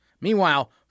Meanwhile